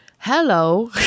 hello